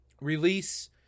release